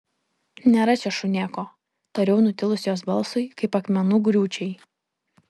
nėra čia šunėko tariau nutilus jos balsui kaip akmenų griūčiai